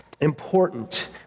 important